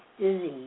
disease